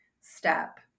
step